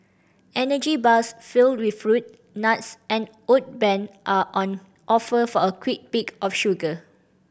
energy bars filled with fruit nuts and oat bran are on offer for a quick pick of sugar